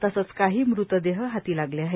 तसेच काही मृतदेह हाती लागले आहेत